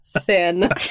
thin